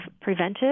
preventive